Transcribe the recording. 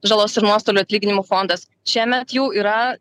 žalos ir nuostolių atlyginimo fondas šiemet jau yra